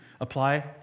apply